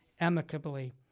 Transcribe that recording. amicably